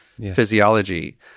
physiology